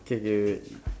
K K wait wait